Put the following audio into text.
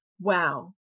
wow